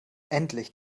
endlich